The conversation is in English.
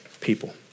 people